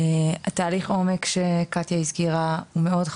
תהליך העומק שקטיה הזכירה חשוב מאוד.